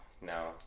no